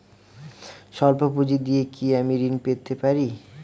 সল্প পুঁজি দিয়ে কি আমি ঋণ পেতে পারি?